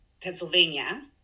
Pennsylvania